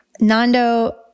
Nando